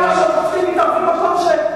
וכשיש שופטים בירושלים, לא היתה ממשלה בירושלים.